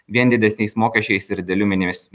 vien didesniais mokesčiais ir dideliu